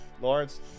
Lawrence